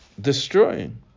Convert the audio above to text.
Destroying